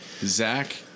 Zach